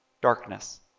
Darkness